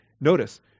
notice